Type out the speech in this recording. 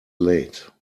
late